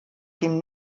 dem